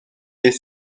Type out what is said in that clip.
est